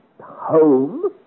home